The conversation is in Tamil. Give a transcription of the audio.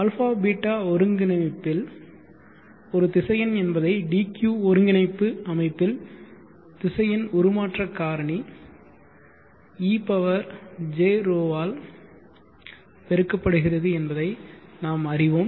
α ß ஒருங்கிணைப்பில் ஒரு திசையன் என்பதை dq ஒருங்கிணைப்பு அமைப்பில் திசையன் உருமாற்ற காரணி ej𝜌 ஆல் பெருக்கப்படுகிறது என்பதை நாம் அறிவோம்